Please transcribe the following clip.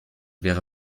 wäre